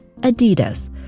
Adidas